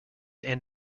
and